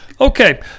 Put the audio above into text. Okay